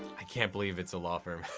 i can't believe it's a law firm.